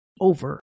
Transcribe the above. over